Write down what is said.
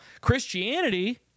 Christianity